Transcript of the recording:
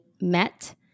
met